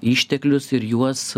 išteklius ir juos